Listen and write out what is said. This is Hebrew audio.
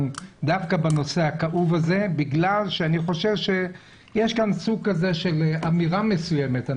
בנושא הכאוב הזה מאחר ואני חושב שיש כאן סוג כזה של אמירה מסוימת.